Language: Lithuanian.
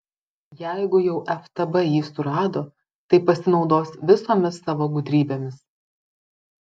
jeigu jau ftb jį surado tai pasinaudos visomis savo gudrybėmis